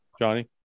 Johnny